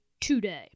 today